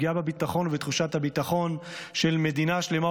בביטחון ובתחושת הביטחון של מדינה שלמה,